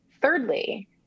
thirdly